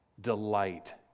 delight